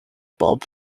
bob